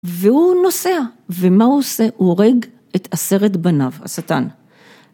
והוא נוסע, ומה הוא עושה? הוא הורג את עשרת בניו, השטן.